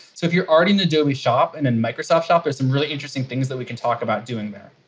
so you're already in the adobe shop and then microsoft shop, there's some really interesting things that we can talk about doing there.